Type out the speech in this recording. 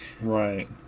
right